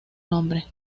nombre